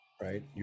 right